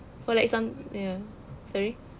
for like some ya sorry